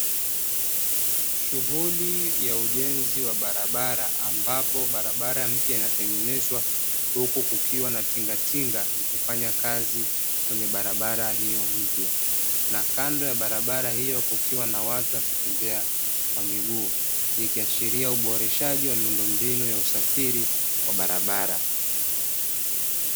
Shughuli ya ujenzi wa barabara ambapo barabara mpya inatengenezwa, huku kukiwa na tingatinga ikifanya kazi kwenye barabara hiyo mpya, na kando ya barabara hiyo kukiwa na watu wakitembea kwa miguu, ikiashiria uboreshaji wa miundo mbinu ya usafiri wa barabara.